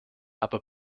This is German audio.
aber